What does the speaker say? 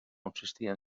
consistia